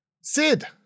sid